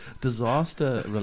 Disaster